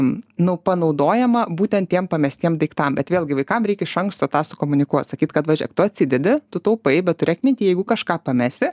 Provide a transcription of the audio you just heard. nu panaudojama būtent tiem pamestiem daiktam bet vėlgi vaikam reik iš anksto tą sukomunikuot sakyti kad va žėk tu atsidedi tu taupai bet turėk minty jeigu kažką pamesi